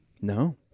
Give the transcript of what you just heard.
No